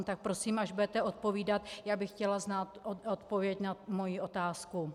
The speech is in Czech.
Tak prosím, až budete odpovídat, já bych chtěla znát odpověď na svoji otázku.